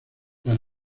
las